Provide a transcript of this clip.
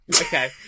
Okay